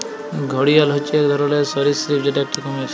ঘড়িয়াল হচ্যে এক ধরলর সরীসৃপ যেটা একটি কুমির